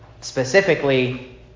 specifically